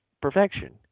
perfection